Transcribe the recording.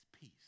peace